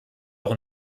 auch